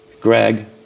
Greg